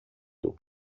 του